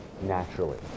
naturally